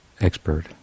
expert